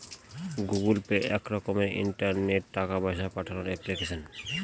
Google Pay এক রকমের ইন্টারনেটে টাকা পয়সা পাঠানোর এপ্লিকেশন